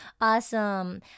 awesome